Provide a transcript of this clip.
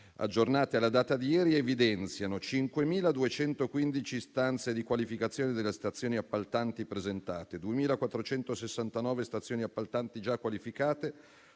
aggiornati alla data di ieri, evidenziano: 5.215 istanze di qualificazione delle stazioni appaltanti presentate; 2.469 stazioni appaltanti già qualificate;